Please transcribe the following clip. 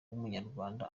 w’umunyarwanda